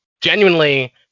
genuinely